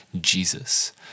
Jesus